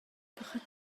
pakhat